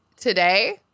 today